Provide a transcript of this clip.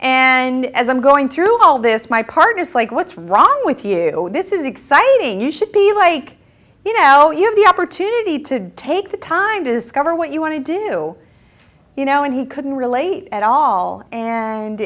and as i'm going through all this my partner's like what's wrong with you know this is exciting you should be like you know you have the opportunity to take the time to discover what you want to do you know and he couldn't relate at all and